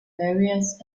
areas